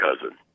cousin